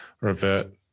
revert